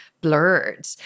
blurred